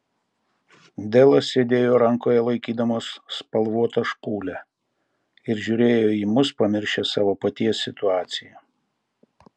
delas sėdėjo rankoje laikydamas spalvotą špūlę ir žiūrėjo į mus pamiršęs savo paties situaciją